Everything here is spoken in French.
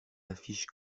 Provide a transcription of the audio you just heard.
affiches